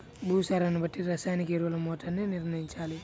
భూసారాన్ని బట్టి రసాయనిక ఎరువుల మోతాదుని నిర్ణయంచాలి